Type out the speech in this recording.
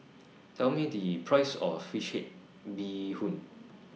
Tell Me The Price of Fish Head Bee Hoon